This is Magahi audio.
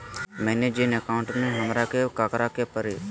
मैंने जिन अकाउंट में हमरा के काकड़ के परी?